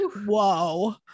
whoa